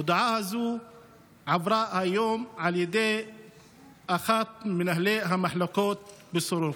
ההודעה הזו עברה היום על ידי אחת ממנהלות המחלקות בסורוקה.